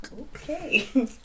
Okay